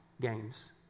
games